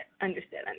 Understood